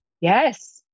Yes